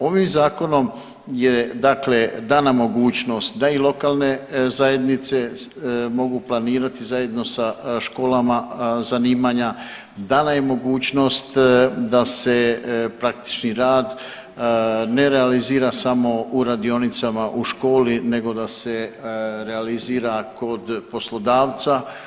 Ovim zakonom je, dakle dana mogućnost da i lokalne zajednice mogu planirati zajedno sa školama zanimanja, dana je mogućnost da se praktični rad ne realizira samo u radionicama u školi, nego da se realizira kod poslodavca.